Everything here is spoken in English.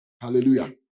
Hallelujah